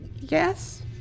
yes